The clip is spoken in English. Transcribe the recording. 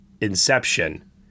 Inception